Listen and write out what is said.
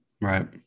Right